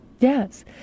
Yes